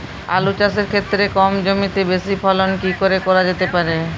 আলু চাষের ক্ষেত্রে কম জমিতে বেশি ফলন কি করে করা যেতে পারে?